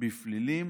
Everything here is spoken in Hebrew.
בפלילים